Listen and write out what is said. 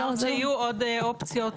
אמרת שיהיו עוד אופציות,